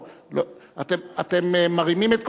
אתם מרימים את קולכם.